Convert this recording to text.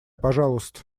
пожалуйста